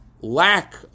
lack